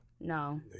No